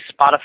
Spotify